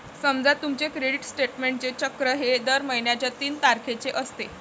समजा तुमचे क्रेडिट स्टेटमेंटचे चक्र हे दर महिन्याच्या तीन तारखेचे असते